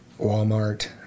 Walmart